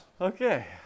Okay